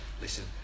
listen